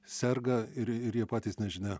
serga ir ir jie patys nežinia